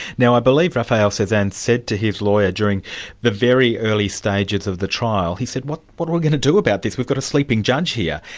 now i believe rafael cesan and said to his lawyer during the very early stages of the trial, he said, what what are we going to do about this? we've got a sleeping judge here',